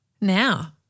Now